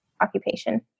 occupation